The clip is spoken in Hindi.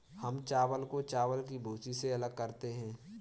हम चावल को चावल की भूसी से अलग करते हैं